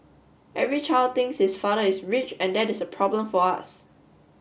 every child thinks his father is rich and that is a problem for us